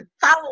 follow